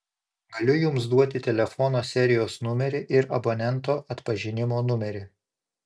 galiu jums duoti telefono serijos numerį ir abonento atpažinimo numerį